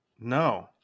No